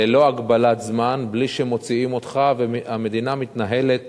ללא הגבלת זמן, בלי שמוציאים אותך, והמדינה מתנהלת